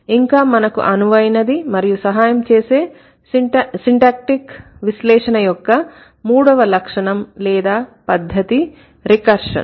ఇంకా మనకు అనువైనది మరియు సహాయం చేసే సిన్టాక్టీక్ విశ్లేషణ యొక్క మూడవ లక్షణం లేదా పద్దతి రికర్షన్